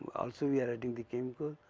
also we are adding the chemical,